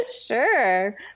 Sure